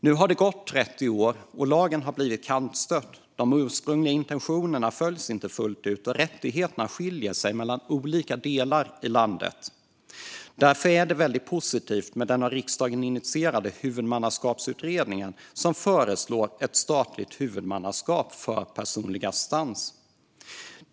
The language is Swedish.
Nu har det gått 30 år, och lagen har blivit kantstött. De ursprungliga intentionerna följs inte fullt ut, och rättigheterna skiljer sig mellan olika delar av landet. Därför är det väldigt positivt med den av riksdagen initierade Huvudmannaskapsutredningen. I utredningen föreslås ett statligt huvudmannaskap för personlig assistans.